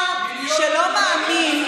שר שלא מאמין,